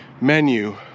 menu